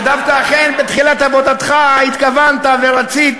שדווקא בתחילת עבודתך התכוונת ורצית